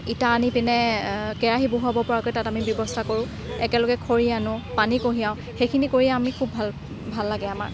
ইটা আনি পিনে কেৰাহী বহুৱাব পৰাকৈ তাত আমি ব্যৱস্থা কৰোঁ একেলগে খৰি আনোঁ পানী কঢ়িয়াওঁ সেইখিনি কৰিয়ে আমি খুব ভাল ভাল লাগে আমাৰ